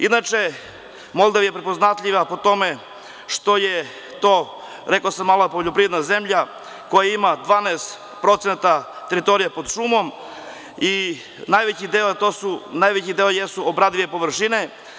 Inače, Moldavija je prepoznatljiva po tome što je to, rekao sam, mala poljoprivredna zemlja koja ima 12% prekrivenost teritorije pod šumom i najveći deo jesu obradive površine.